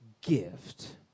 Gift